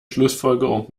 schlussfolgerung